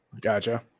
Gotcha